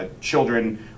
Children